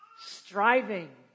Striving